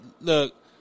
look